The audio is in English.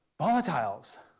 volatiles.